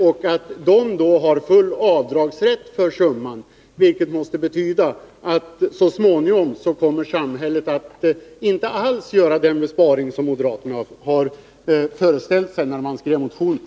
De har då full avdragsrätt för summan, vilket måste betyda att samhället så småningom inte alls kommer att göra den besparing som moderaterna föreställde sig när de skrev motionen.